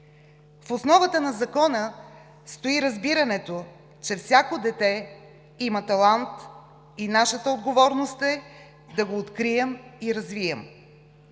В основата на Закона стои разбирането, че всяко дете има талант и нашата отговорност е да го открием и развием.